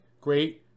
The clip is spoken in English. great